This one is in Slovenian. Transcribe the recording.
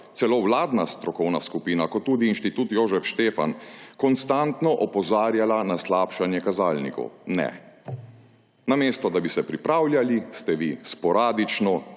celo vladna strokovna skupina kot tudi inštitut Jožef Stefan, konstantno opozarjala na slabšanje kazalnikov. Ne. Namesto da bi se pripravljali, ste vi sporadično,